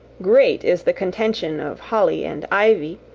great is the contention of holly and ivy,